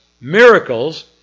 miracles